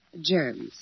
Germs